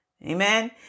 Amen